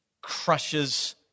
crushes